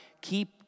keep